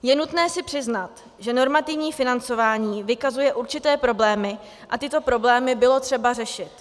Je nutné si přiznat, že normativní financování vykazuje určité problémy a tyto problémy bylo třeba řešit.